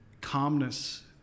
calmness